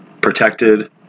protected